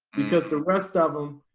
because the rest of them,